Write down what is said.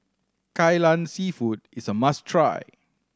Kai Lan Seafood is a must try